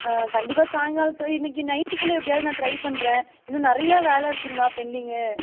ஆ கண்டிப்பாக சாயங்காலத்து இன்றைக்கி நைட்டுக்குள்ளே எப்படியாவது நான் ட்ரை பண்ணுறேன் இன்னும் நிறைய வேலை இருக்குதுங்களா பெண்டிங்கு